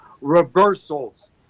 reversals